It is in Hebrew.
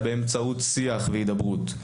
אלא באמצעות שיח והידברות.